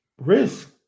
Risk